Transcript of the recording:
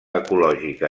ecològica